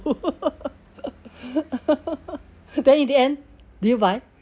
then in the end do you buy